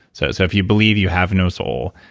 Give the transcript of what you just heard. so so if you believe you have no soul,